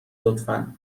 لطفا